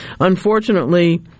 unfortunately